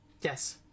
Yes